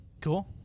cool